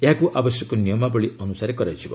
ଏହାକୁ ଆବଶ୍ୟକ ନିୟମାବଳୀ ଅନୁଯାୟୀ କରାଯିବ